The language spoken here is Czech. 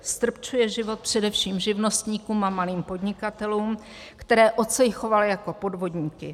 Ztrpčuje život především živnostníkům a malým podnikatelům, které ocejchoval jako podvodníky.